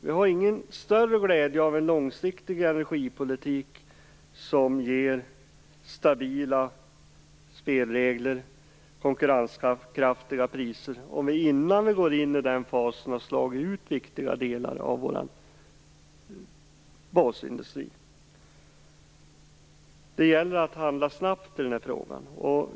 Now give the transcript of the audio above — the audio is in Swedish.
Vi har inte någon större glädje av en långsiktig energipolitik som ger stabila spelregler och konkurrenskraftiga priser om vi innan vi går in i den fasen har slagit ut viktiga delar av vår basindustri. Det gäller att handla snabbt i den här frågan.